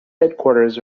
headquarters